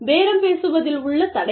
பேரம் பேசுவதில் உள்ள தடைகள்